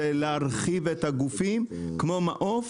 להרחיב גופים כמו מעוף,